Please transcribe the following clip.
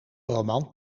roman